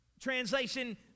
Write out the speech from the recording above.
translation